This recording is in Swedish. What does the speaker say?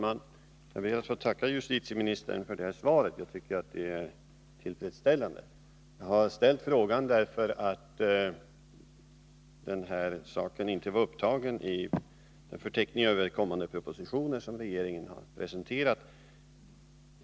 Herr talman! Jag ber att få tacka justitieministern för svaret, som jag tycker är tillfredsställande. Jag ställde frågan därför att den här saken inte var upptagen i den förteckning över kommande propositioner som regeringen har presenterat.